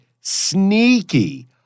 sneaky